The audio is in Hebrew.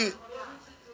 כולנו, כל מי ששותק.